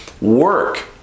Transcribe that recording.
work